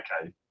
Okay